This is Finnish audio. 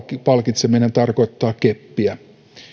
palkitseminen tarkoittaa keppiä